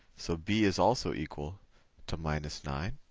so b is also equal to minus nine.